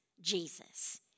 Jesus